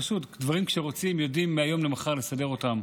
פשוט, דברים שרוצים, יודעים מהיום למחר לסדר אותם.